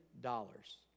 dollars